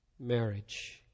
marriage